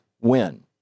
win